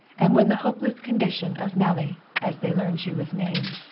and when the hopeless condition of nellie, as they learned she was named,